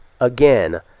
again